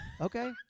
Okay